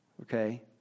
Okay